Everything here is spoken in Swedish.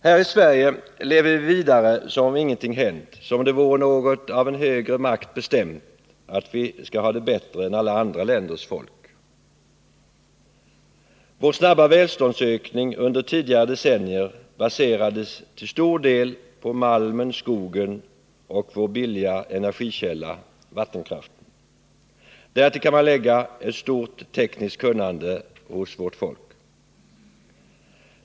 Här i Sverige lever vi vidare som om ingenting hänt och som om det vore något av en högre makt bestämt att vi skall ha det bättre än alla andra länders folk. Vår snabba välståndsökning under tidigare decennier baserades till stor del på malmen, skogen och vår billiga energikälla — vattenkraften. Därtill kan man lägga ett stort tekniskt kunnande hos vårt folk.